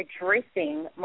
addressing